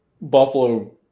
Buffalo